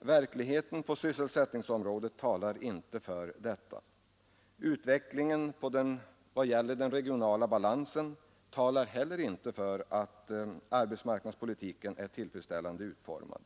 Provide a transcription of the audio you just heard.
Verkligheten på sysselsättningsområdet talar inte för det. Utvecklingen vad gäller den regionala balansen talar heller inte för att arbetsmarknadspolitiken är tillfredsställande utformad.